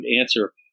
answer